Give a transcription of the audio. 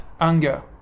anger